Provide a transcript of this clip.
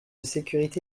sécurité